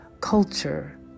culture